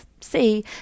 see